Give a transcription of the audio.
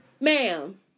Ma'am